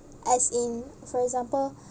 as in for example